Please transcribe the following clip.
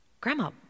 Grandma